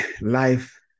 life